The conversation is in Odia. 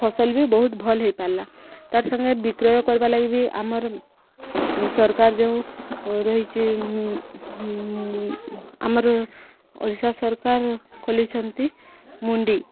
ଫସଲ ବି ବହୁତ ଭଲ୍ ହେଇପାରିଲା ତାର୍ ସାଙ୍ଗେ ବିକ୍ରୟ କର୍ବା ଲାଗି ବି ଆମର ସରକାର ଯେଉଁ ରହିଛି ଆମର ଓଡ଼ିଶା ସରକାର ଖୋଲିଛନ୍ତି ମଣ୍ଡି